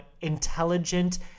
intelligent